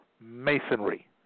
Masonry